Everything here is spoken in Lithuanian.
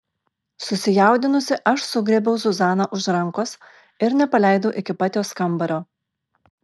susijaudinusi aš sugriebiau zuzaną už rankos ir nepaleidau iki pat jos kambario